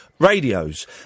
Radios